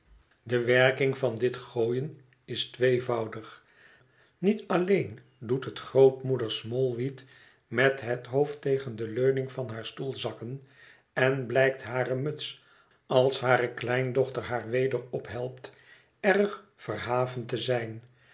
de werking van dit gooien is tweevoudig niet alleen doet het grootmoeder smallweed met het hoofd tegen de leuning van haar stoel zakken en blijkt hare muts als hare kleindochter haar weder ophelpt erg verhavend te zijn